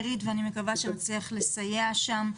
אני מקווה שנצליח לסייע שם.